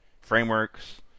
Frameworks